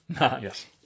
Yes